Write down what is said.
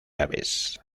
aves